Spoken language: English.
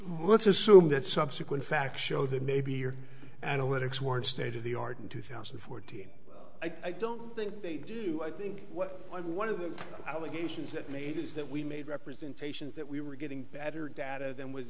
let's assume that subsequent facts show that maybe your analytics weren't state of the art in two thousand and fourteen i don't think they do i think what one of the allegations it made is that we made representations that we were getting better data than was